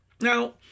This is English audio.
Now